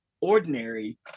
ordinary